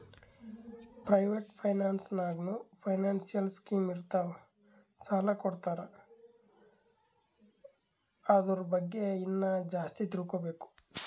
private finance ನಾಗ್ನೂ financial scheme ಇರ್ತಾವ್ ಸಾಲ ಕೊಡ್ತಾರ ಅದುರ್ ಬಗ್ಗೆ ಇನ್ನಾ ಜಾಸ್ತಿ ತಿಳ್ಕೋಬೇಕು